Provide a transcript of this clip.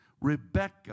Rebecca